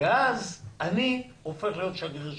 ואז אני הופך להיות שגריר שלך,